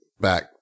back